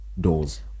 doors